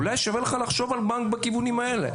אולי שווה לך לחשוב בכיוונים האלה.